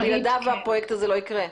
בלעדי זה הפרויקט הזה לא יקרה.